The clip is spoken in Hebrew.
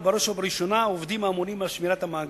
ובראש ובראשונה את העובדים האמונים על שמירת המאגר.